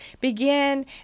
begin